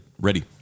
Ready